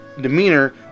demeanor